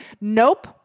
Nope